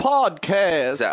Podcast